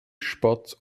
spott